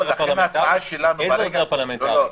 איזה עוזר פרלמנטרי?